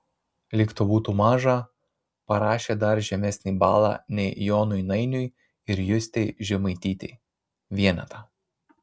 lyg to būtų maža parašė dar žemesnį balą nei jonui nainiui ir justei žemaitytei vienetą